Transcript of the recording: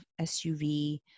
SUV